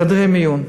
חדרי מיון,